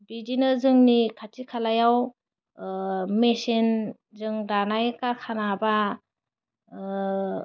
बिदिनो जोंनि खाथि खालायाव मेसिनजों दानाय खारखाना बा